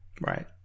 Right